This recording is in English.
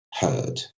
heard